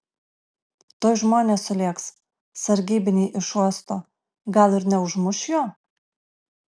tuoj žmonės sulėks sargybiniai iš uosto gal ir neužmuš jo